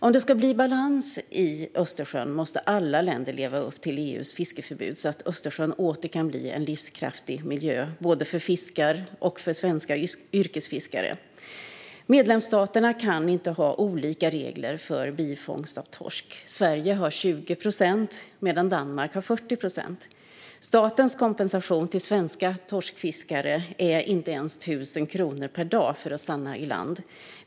Om det ska bli balans i Östersjön måste alla länder leva upp till EU:s fiskeförbud, så att Östersjön åter kan bli en livskraftig miljö, både för fiskar och för svenska yrkesfiskare. Medlemsstaterna kan inte ha olika regler för bifångst av torsk. Sverige har 20 procent medan Danmark har 40 procent. Statens kompensation till svenska torskfiskare är inte ens 1 000 kronor per dag för att stanna i land.